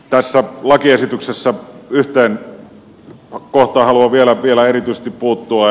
tässä lakiesityksessä yhteen kohtaan haluan vielä erityisesti puuttua